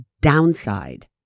downside